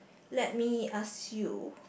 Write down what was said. let me ask you